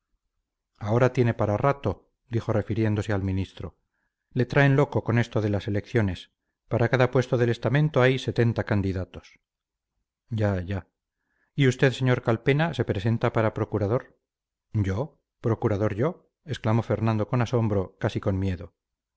ahora tiene para rato dijo refiriéndose al ministro le traen loco con esto de las elecciones para cada puesto del estamento hay setenta candidatos ya ya y usted sr calpena se presenta para procurador yo procurador yo exclamó fernando con asombro casi con miedo